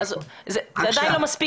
אנחנו יודעים את זה מדוח